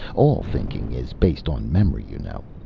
all thinking is based on memory, you know.